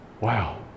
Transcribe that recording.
Wow